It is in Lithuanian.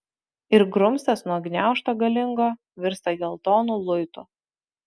ir grumstas nuo gniaužto galingo virsta geltonu luitu